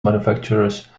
manufacturers